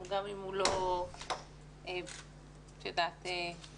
גם אם הוא לא דחוף ואקטואלי.